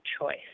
choice